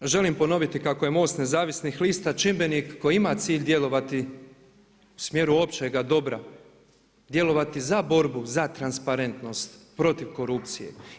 Na kraju, želim ponoviti kako je MOST Nezavisnih lista čimbenik koji ima cilj djelovati u smjeru općega dobra, djelovati za borbu, za transparentnost, protiv korupcije.